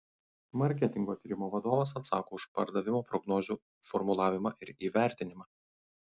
marketingo tyrimo vadovas atsako už pardavimo prognozių formulavimą ir įvertinimą